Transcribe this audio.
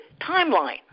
timeline